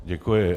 Děkuji.